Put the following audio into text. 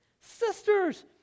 sisters